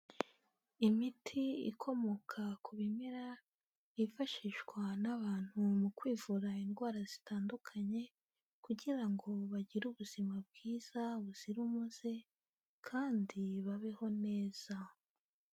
Imiti ikomoka ku bimera, yifashishwa n'abantu mu kwivura indwara zitandukanye kugira ngo bagire ubuzima bwiza buzira umuze kandi babeho neza.